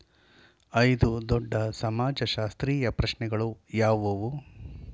ಐದು ದೊಡ್ಡ ಸಮಾಜಶಾಸ್ತ್ರೀಯ ಪ್ರಶ್ನೆಗಳು ಯಾವುವು?